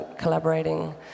collaborating